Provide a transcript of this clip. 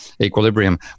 equilibrium